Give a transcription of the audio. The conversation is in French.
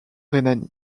rhénanie